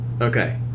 Okay